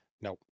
Nope